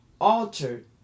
altered